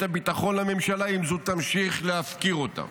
הביטחון לממשלה אם זו תמשיך להפקיר אותם.